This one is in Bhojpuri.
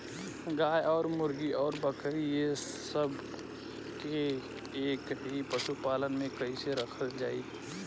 गाय और मुर्गी और बकरी ये सब के एक ही पशुपालन में कइसे रखल जाई?